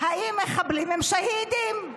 מחבלים הם שהידים?